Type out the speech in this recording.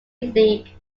league